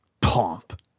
pomp